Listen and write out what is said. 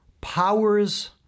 Powers